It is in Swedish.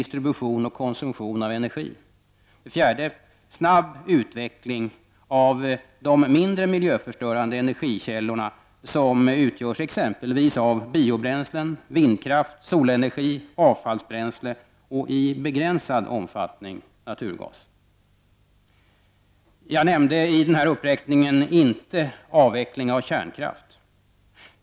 Snabb utveckling av mindre miljöförstörande energikällor som biobränslen, vindkraft, solenergi, avfallsbränsle, och i begränsad omfattning naturgas. Jag nämnde i den här uppräkningen inte avveckling av kärnkraft.